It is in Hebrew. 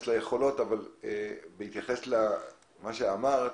ובהתייחס למה שאמרת,